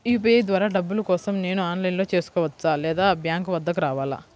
UPI ద్వారా డబ్బులు కోసం నేను ఆన్లైన్లో చేసుకోవచ్చా? లేదా బ్యాంక్ వద్దకు రావాలా?